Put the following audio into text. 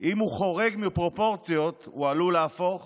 אם הוא חורג מפרופורציות, הוא עלול להפוך